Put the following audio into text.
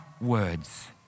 words